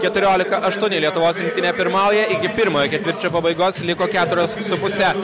keturiolika aštuoni lietuvos rinktinė pirmauja iki pirmojo ketvirčio pabaigos liko keturios su puse